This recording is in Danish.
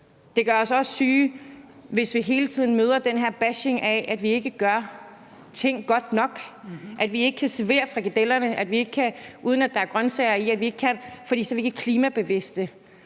Det gør os også syge, hvis vi hele tiden møder den her bashing af, at vi ikke gør ting godt nok, f.eks. at vi ikke kan servere frikadellerne, uden at der er grøntsager i, for ellers er vi ikke klimabevidste,